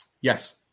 Yes